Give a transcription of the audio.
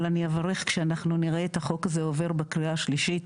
אבל אני אברך כשאנחנו נראה את החוק הזה עובר בקריאה השלישית.